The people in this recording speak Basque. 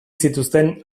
zituzten